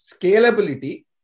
scalability